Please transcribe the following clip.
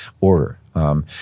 order